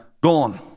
gone